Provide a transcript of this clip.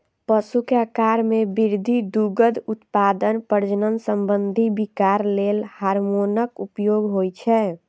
पशु के आाकार मे वृद्धि, दुग्ध उत्पादन, प्रजनन संबंधी विकार लेल हार्मोनक उपयोग होइ छै